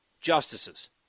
justices